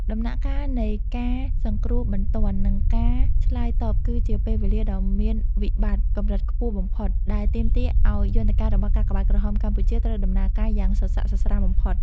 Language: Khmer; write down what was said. ដំណាក់កាលនៃ ការសង្គ្រោះបន្ទាន់ និងការឆ្លើយតប គឺជាពេលវេលាដ៏មានវិបត្តិកម្រិតខ្ពស់បំផុត ដែលទាមទារឱ្យយន្តការរបស់កាកបាទក្រហមកម្ពុជាត្រូវដំណើរការយ៉ាងសស្រាក់សស្រាំបំផុត។